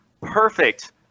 perfect